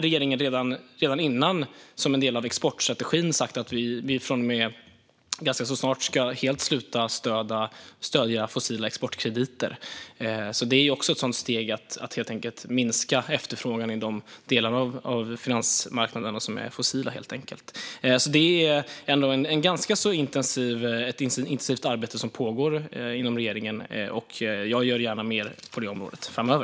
Regeringen har tidigare, som en del av exportstrategin, sagt att vi snart helt ska sluta stödja fossila exportkrediter. Det är också ett sådant steg mot att helt enkelt minska efterfrågan i de delar av finansmarknaden som omfattar fossila områden. Det är ändå ett ganska intensivt arbete som pågår inom regeringen. Jag gör gärna mer på det området framöver.